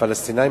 הפלסטינים,